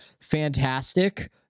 fantastic